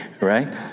right